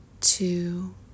two